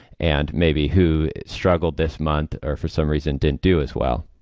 and maybe who struggled this month or for some reason didn't do as well